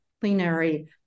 plenary